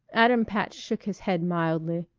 adam patch shook his head mildly.